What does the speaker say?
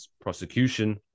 prosecution